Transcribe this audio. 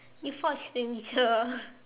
you forge signature